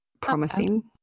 promising